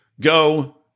go